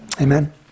Amen